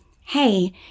hey